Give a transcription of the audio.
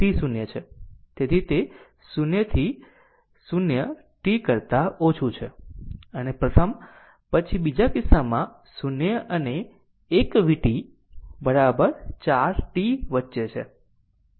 તેથી તે 0 થી 0 t કરતા ઓછું છે અને પછી બીજા કિસ્સામાં 0 અને 1 vt 4 t વચ્ચે છે